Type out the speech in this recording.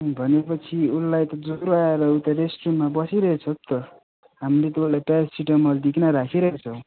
भनेपछि उसलाई त ज्वरो आएर उ त रेस्ट रुममा बसिरहेको छ पो त हामीले त उसलाई प्यारासिटामोल दिइकन राखिराखेको छौँ